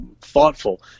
thoughtful